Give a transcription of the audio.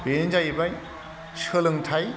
बेनो जाहैबाय सोलोंथाय